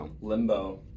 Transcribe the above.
Limbo